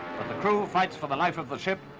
the crew fights for the life of the ship,